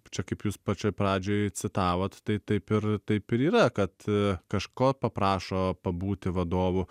čia kaip jūs pačioj pradžioj citavot tai taip ir taip ir yra kad kažko paprašo pabūti vadovu